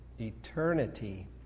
Eternity